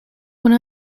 one